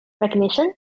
recognition